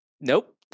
Nope